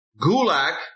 Gulak